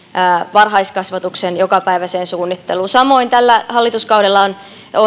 varhaiskasvatuksen jokapäiväiseen suunnitteluun samoin tällä hallituskaudella on